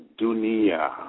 Dunia